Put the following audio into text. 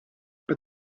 but